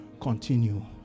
continue